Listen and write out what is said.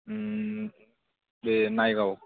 बे नायगाव